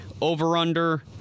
over-under